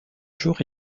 jours